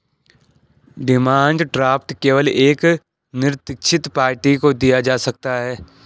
demand draft केवल एक निरदीक्षित पार्टी को दिया जा सकता है